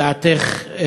דעתך,